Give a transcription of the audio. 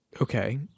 Okay